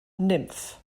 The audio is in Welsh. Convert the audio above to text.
nymff